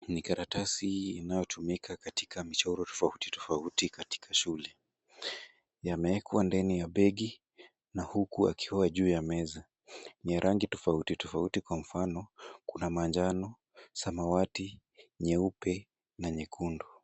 Ni karatasi inayotumika katika michoro tofauti tofauti katika shule. Yamewekwa ndani ya begi na huku yakiwa juu ya meza. Ni ya rangi tofauti tofauti kwa mfano kuna manjano, samawati, nyeupe na nyekundu.